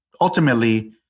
ultimately